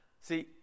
see